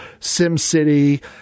SimCity